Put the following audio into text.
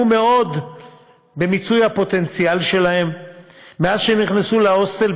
מאוד במיצוי הפוטנציאל שלהם מאז נכנסנו להוסטל,